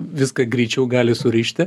viską greičiau gali surišti